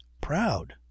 proud